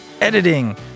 editing